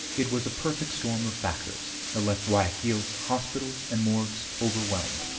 it was a perfect storm of factors that left guayaquil's hospitals and morgues overwhelmed.